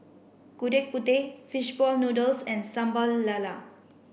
Gudeg Putih fish ball noodles and Sambal Lala